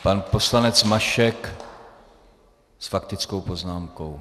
Pan poslanec Mašek s faktickou poznámkou.